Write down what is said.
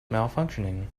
malfunctioning